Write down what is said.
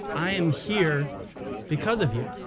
i am here because of you.